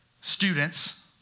students